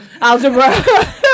algebra